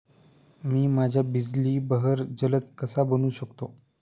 मी माझ्या बिजली बहर जलद कसा बनवू शकतो?